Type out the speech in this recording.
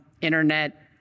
internet